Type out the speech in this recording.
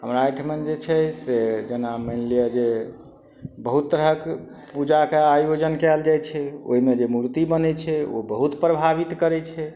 हमरा एहिठमन जे छै से जेना माइशनि लियऽ जे बहुत तरहक पूजाके आयोजन कयल जाइ छै ओहिमे जे मूर्ति बनै छै ओ बहुत प्रभावित करै छै